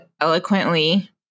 eloquently